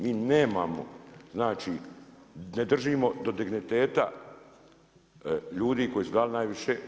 Mi nemamo, znači ne držimo do digniteta ljudi koji su dali najviše.